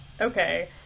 okay